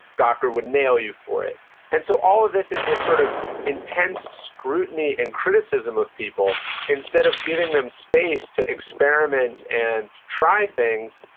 gawker would nail you for it and so all of this is this sort of intense scrutiny and criticism of people instead of giving them space to experiment and try things,